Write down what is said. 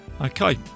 okay